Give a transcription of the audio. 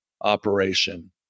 operation